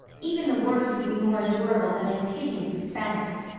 even the worst would be more endurable than this hideous suspense.